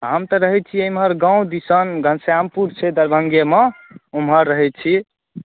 हम तऽ रहै छी एम्हर गाम् दिसन घनश्यामपुर छै दरभंगेमे ओम्हर रहै छी